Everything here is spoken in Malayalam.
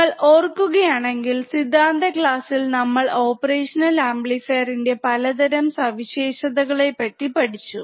നിങ്ങൾ ഓർക്കുകയാണെങ്കിൽ സിദ്ധാന്ത ക്ലാസ്സിൽ നമ്മൾ ഓപ്പറേഷനിൽ ആംപ്ലിഫയർ ൻറെ പലതരം സവിശേഷതകളെ പറ്റി പഠിച്ചു